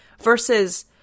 versus